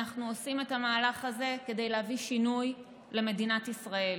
אנחנו עושים את המהלך הזה כדי להביא שינוי למדינת ישראל.